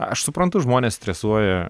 aš suprantu žmonės stresuoja